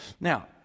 Now